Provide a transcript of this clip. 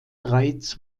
reiz